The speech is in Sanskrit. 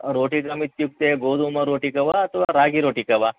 रोटिकाम् इत्युक्ते गोधूमरोटिका वा अथवा रागीरोटिका वा